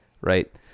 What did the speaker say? Right